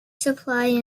supply